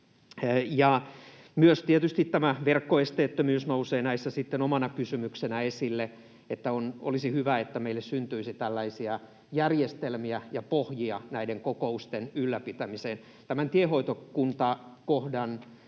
Tietysti myös verkkoesteettömyys nousee näissä sitten omana kysymyksenään esille, ja olisi hyvä, että meille syntyisi tällaisia järjestelmiä ja pohjia kokousten ylläpitämiseen. Tämän tiehoitokuntakohdan